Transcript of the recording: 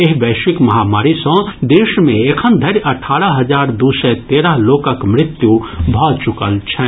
एहि वैश्विक महामारी सँ देश मे एखन धरि अठारह हजार दू सय तेरह लोकक मृत्यु भऽ चुकल छनि